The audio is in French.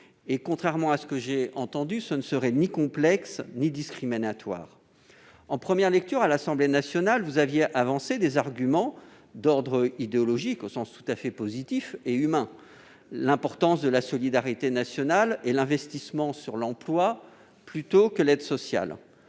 Contrairement à ce que j'ai entendu, ce ne serait ni complexe ni discriminatoire. En première lecture à l'Assemblée nationale, vous avanciez des arguments d'ordre idéologique, au sens tout à fait positif de ce terme, et humain : l'importance de la solidarité nationale et l'investissement sur l'emploi plutôt que l'aide sociale.